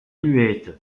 muette